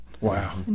Wow